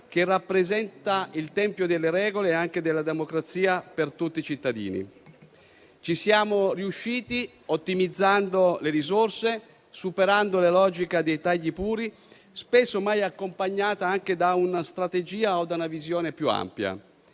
che rappresenta il tempio delle regole e anche della democrazia per tutti i cittadini. Ci siamo riusciti ottimizzando le risorse, superando la logica dei tagli puri, spesso mai accompagnata da una strategia o da una visione più ampia.